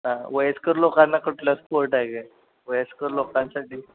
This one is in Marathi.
हां वयस्कर लोकांना कुठलं स्पोर्ट आहे काय वयस्कर लोकांसाठी